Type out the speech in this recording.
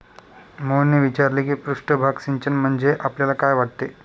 मोहनने विचारले की पृष्ठभाग सिंचन म्हणजे आपल्याला काय वाटते?